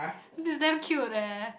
dude damn cute leh